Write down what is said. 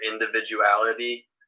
individuality